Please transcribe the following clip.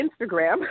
Instagram